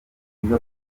mwiza